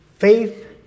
Faith